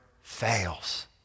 fails